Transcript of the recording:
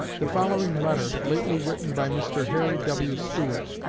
the following letter, lately written by mr. harry w. stewart,